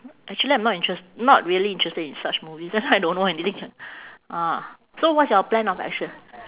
actually I'm not interest~ not really interested in such movies that's why I don't know anything ah so what's your plan of action